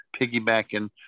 piggybacking